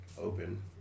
open